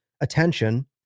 attention